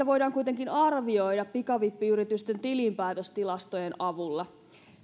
voidaan kuitenkin arvioida pikavippiyritysten tilinpäätöstilastojen avulla